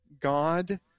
God